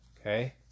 Okay